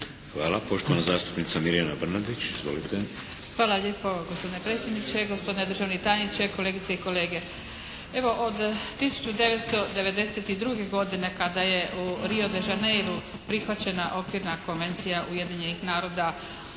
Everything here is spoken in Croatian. Hvala. Poštovana zastupnica Mirjana Brnadić. Izvolite. **Brnadić, Mirjana (HDZ)** Hvala lijepo gospodine predsjedniče. Gospodine državni tajniče, kolegice i kolege. Evo od 1992. godine kada je u Rio de Janeiru prihvaćena Okvirna konvencija Ujedinjenih naroda